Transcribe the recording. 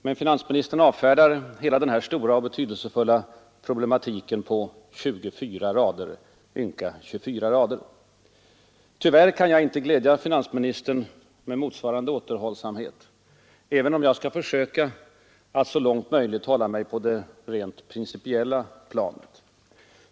Men finansministern avfärdar hela denna stora och betydelsefulla problematik på ynka 24 rader. Tyvärr kan jag inte glädja finansministern med motsvarande återhållsamhet, även om jag skall försöka att så långt möjligt hålla mig på det rent principiella planet.